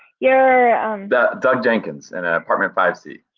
you're doug jenkins in ah apartment five c.